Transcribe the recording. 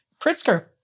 Pritzker